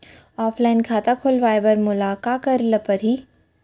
Offline खाता खोलवाय बर मोला का करे ल परही?